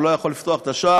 הוא לא יכול לפתוח את השער,